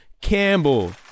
Campbell